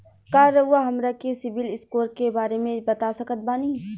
का रउआ हमरा के सिबिल स्कोर के बारे में बता सकत बानी?